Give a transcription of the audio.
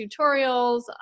tutorials